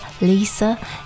Lisa